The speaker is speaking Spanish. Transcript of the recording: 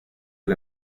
que